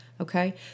Okay